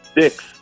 Six